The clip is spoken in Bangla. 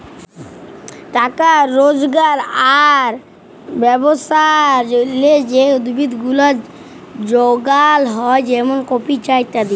টাকা রজগার আর ব্যবসার জলহে যে উদ্ভিদ গুলা যগাল হ্যয় যেমন কফি, চা ইত্যাদি